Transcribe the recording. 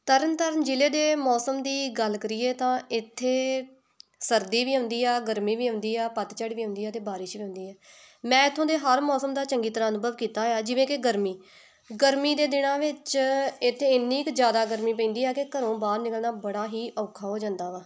ਤਰਨ ਤਾਰਨ ਜ਼ਿਲ੍ਹੇ ਦੇ ਮੌਸਮ ਦੀ ਗੱਲ ਕਰੀਏ ਤਾਂ ਇੱਥੇ ਸਰਦੀ ਵੀ ਹੁੰਦੀ ਆ ਗਰਮੀ ਵੀ ਹੁੰਦੀ ਆ ਪਤਝੜ ਵੀ ਹੁੰਦੀ ਆ ਅਤੇ ਬਾਰਿਸ਼ ਹੁੰਦੀ ਆ ਮੈਂ ਇੱਥੋਂ ਦੇ ਹਰ ਮੌਸਮ ਦਾ ਚੰਗੀ ਤਰ੍ਹਾਂ ਅਨੁਭਵ ਕੀਤਾ ਹੋਇਆ ਜਿਵੇਂ ਕਿ ਗਰਮੀ ਗਰਮੀ ਦੇ ਦਿਨਾਂ ਵਿੱਚ ਇੱਥੇ ਇੰਨੀ ਕੁ ਜ਼ਿਆਦਾ ਗਰਮੀ ਪੈਂਦੀ ਆ ਕਿ ਘਰੋਂ ਬਾਹਰ ਨਿਕਲਣਾ ਬੜਾ ਹੀ ਔਖਾ ਹੋ ਜਾਂਦਾ ਵਾ